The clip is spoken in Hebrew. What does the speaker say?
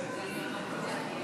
את הצעת חוק